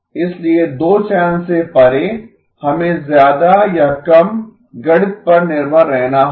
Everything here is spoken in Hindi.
इसलिए दो चैनल से परे हमें ज्यादा या कम गणित पर निर्भर रहना होगा